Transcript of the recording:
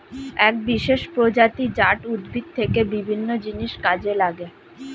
এক বিশেষ প্রজাতি জাট উদ্ভিদ থেকে বিভিন্ন জিনিস কাজে লাগে